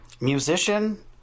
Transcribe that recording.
Musician